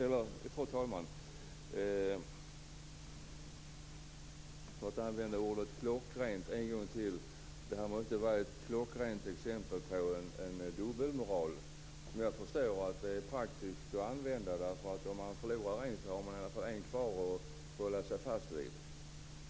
Fru talman! För att använda ordet "klockrent" en gång till: Det här måste vara ett klockrent exempel på en dubbelmoral. Jag förstår att det är praktiskt att använda sig av den; förlorar man en har man i alla fall en kvar att hålla sig fast vid.